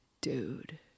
dude